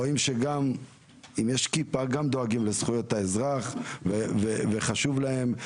רואים שגם אם יש כיפה דואגים לזכויות האזרח וחשוב להם,